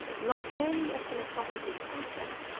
not merely a philosophical concept,